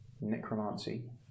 necromancy